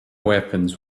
weapons